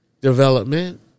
development